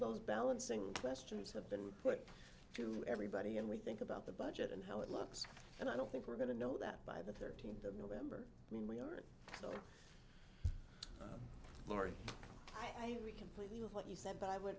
those balancing questions have been put to everybody and we think about the budget and how it looks and i don't think we're going to know that by the thirteenth of november i mean we are still learning why we completed what you said but i would